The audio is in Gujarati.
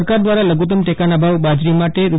સરકાર દ્વારા લધુ તમ ટેકાના ભાવ બાજરી માટે રૂ